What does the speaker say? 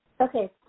okay